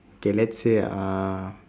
okay let's say uh